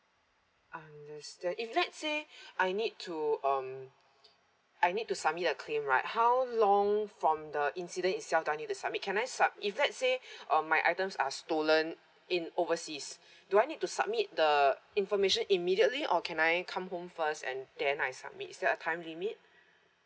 understand if let's say I need to um I need to submit a claim right how long from the incident itself do I need to submit can I sub~ if let's say um my items are stolen in overseas do I need to submit the information immediately or can I come home first and then I submit is there a time limit